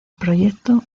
proyecto